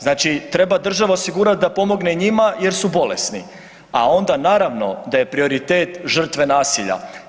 Znači treba država osigurati da pomogne njima jer su bolesni, a onda naravno da je prioritet žrtve nasilja.